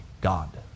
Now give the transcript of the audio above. God